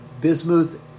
bismuth